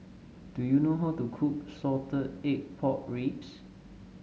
do you know how to cook Salted Egg Pork Ribs